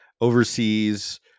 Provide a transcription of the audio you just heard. overseas